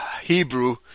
Hebrew